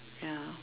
ya